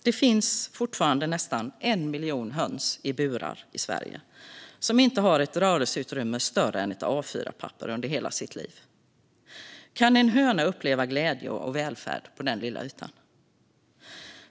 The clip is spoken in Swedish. Det finns fortfarande nästan 1 miljon höns i Sverige som lever i burar och under hela sitt liv inte har ett rörelseutrymme större än ett A4-papper. Kan en höna uppleva glädje och välfärd på den lilla ytan?